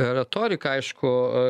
retorika aišku